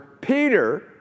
Peter